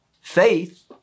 faith